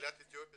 שקהילת אתיופיה